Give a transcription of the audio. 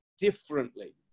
differently